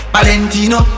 Valentino